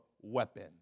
weapon